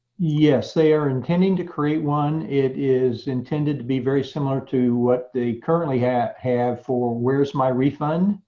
yes, they are intending to create one. it is intended to be very similar to what they currently have have for where's my refund.